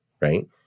right